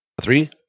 three